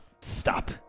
stop